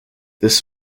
this